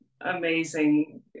amazing